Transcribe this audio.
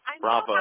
bravo